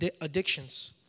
addictions